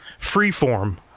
Freeform